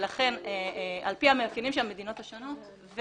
ולכן, על פי המאפיינים של המדינות השונות,